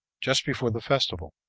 just before the festival,